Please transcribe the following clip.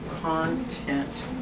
Content